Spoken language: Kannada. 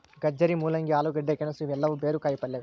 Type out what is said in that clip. ಗಜ್ಜರಿ, ಮೂಲಂಗಿ, ಆಲೂಗಡ್ಡೆ, ಗೆಣಸು ಇವೆಲ್ಲವೂ ಬೇರು ಕಾಯಿಪಲ್ಯಗಳು